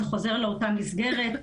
זה חוזר לאותה מסגרת?